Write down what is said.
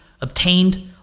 obtained